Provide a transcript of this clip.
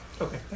Okay